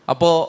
Apo